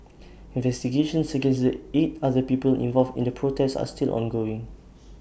investigations against the eight other people involved in the protest are still ongoing